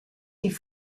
die